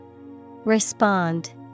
Respond